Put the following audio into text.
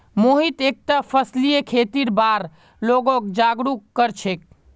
मोहित एकता फसलीय खेतीर बार लोगक जागरूक कर छेक